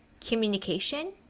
communication